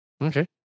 Okay